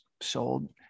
sold